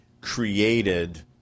created